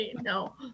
No